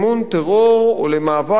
או למאבק במימון טרור,